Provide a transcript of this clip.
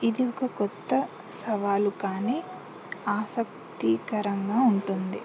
ఇది ఒక కొత్త సవాలు కానీ ఆసక్తికరంగా ఉంటుంది